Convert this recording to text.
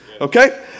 Okay